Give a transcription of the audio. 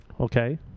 Okay